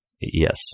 Yes